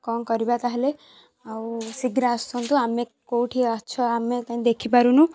କଣ କରିବା ତାହେଲେ ଆଉ ଶୀଘ୍ର ଆସନ୍ତୁ ଆମେ କେଉଁଠି ଅଛ ଆମେ କାହିଁ ଦେଖିପାରୁନୁ